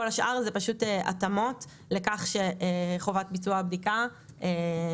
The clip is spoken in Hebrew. כל השאר הן פשוט התאמות לכך שחובת ביצוע הבדיקה מבוטלת,